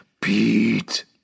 Pete